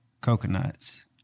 coconuts